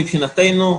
מבחינתנו,